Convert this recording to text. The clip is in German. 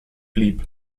blieb